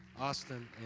Austin